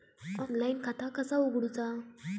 Online खाता कसा उगडूचा?